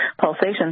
pulsation